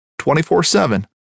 24-7